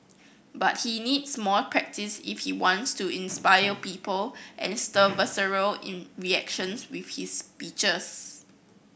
but he needs more practise if he wants to inspire people and stir visceral in reactions with his speeches